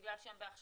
בגלל שהם בהכשרה,